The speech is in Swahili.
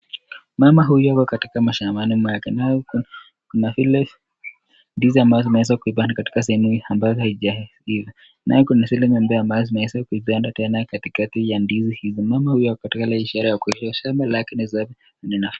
Mama huyu ako katika mashambani mwake, naye kuna zile, ndizi ambazo zimeeza kujibana katika sehemu hiyo, yenye ambazo, hazijaiva, naye kuna zile zingine zimeeza kuiva tena katikati ya ndizi hizi, mama yule yuko katika hali ya kuonyesha shamba lake ni safi.